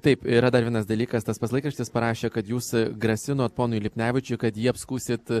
taip yra dar vienas dalykas tas pats laikraštis parašė kad jūs grasinot ponui lipnevičiui kad jį apskųsit